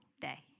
day